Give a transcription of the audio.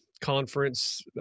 conference